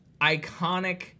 iconic